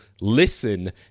listen